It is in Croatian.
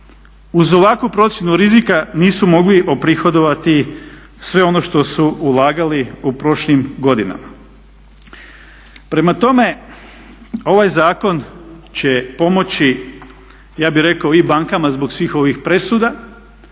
uz ovakvu procjenu rizika nisu mogli oprihodovati sve ono što su ulagali u prošlim godinama. Prema tome, ovaj zakon će pomoći ja bih rekao i bankama zbog svih ovih presuda.